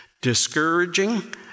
Discouraging